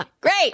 Great